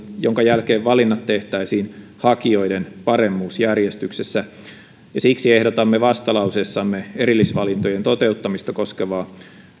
jonka jälkeen valinnat tehtäisiin hakijoiden paremmuusjärjestyksessä siksi ehdotamme vastalauseessamme erillisvalintojen toteuttamista koskevaa